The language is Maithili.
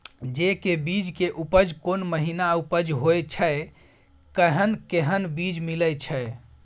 जेय के बीज के उपज कोन महीना उपज होय छै कैहन कैहन बीज मिलय छै?